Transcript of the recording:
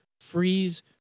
Freeze